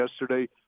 yesterday